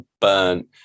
burnt